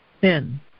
thin